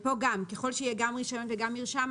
פה גם ככל שיהיו גם רישיון וגם מרשם,